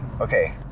Okay